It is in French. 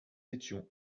étions